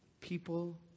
people